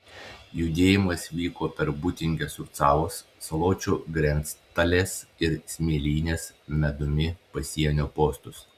judėjimas vyko per būtingės rucavos saločių grenctalės ir smėlynės medumi pasienio postus